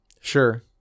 Sure